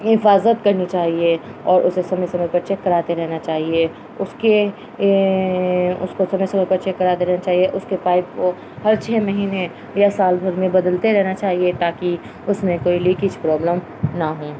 حفاظت کرنی چاہیے اور اسے سمع سمے پر چیک کراتے رہنا چاہیے اس کے اس کو سمے سمے پر چیک کراتے رہا چاہیے اس کے پائپ کو ہر چھ مہینے یا سالھر میں بدلتے رہنا چاہیے تاکہ اس میں کوئی لیکیج پرابلم نہ ہوں